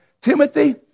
Timothy